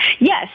Yes